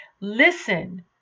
Listen